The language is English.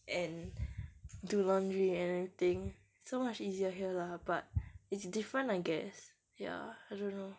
and do laundry and everything so much easier here lah but it's different I guess ya I don't know